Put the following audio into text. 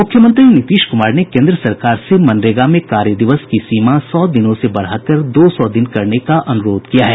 मुख्यमंत्री नीतीश कुमार ने केन्द्र सरकार से मनरेगा में कार्यदिवस की सीमा सौ दिनों से बढ़ाकर दो सौ दिन करने का अनुरोध किया है